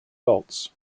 volts